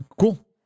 cool